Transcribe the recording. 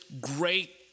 great